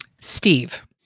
Steve